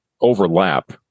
overlap